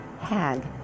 hag